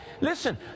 listen